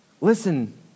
listen